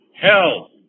Hell